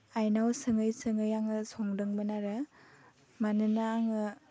आइनाव सोङै सोङै आङो संदोंमोन आरो मानोना आङो